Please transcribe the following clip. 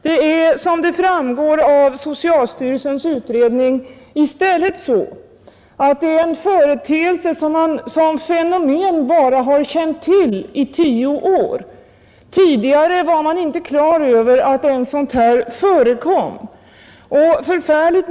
Det är som framgår av socialstyrelsens utredning i stället så, att detta är en företeelse som man som fenomen bara har känt till i tio år. Tidigare var man inte klar över ens att sådant här förekom.